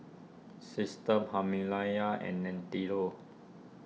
Systema Himalaya and Nintendo